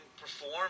perform